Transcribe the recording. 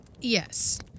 Yes